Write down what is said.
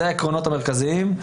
אלה העקרונות המרכזיים.